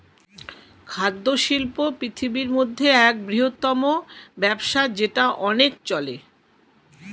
খাদ্য শিল্প পৃথিবীর মধ্যে এক বৃহত্তম ব্যবসা যেটা অনেক চলে